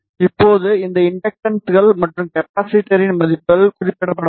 இப்போது இந்த இண்டக்டன்ஸ்கள் மற்றும் கப்பாசிட்டரின் மதிப்புகள் குறிப்பிடப்பட வேண்டும்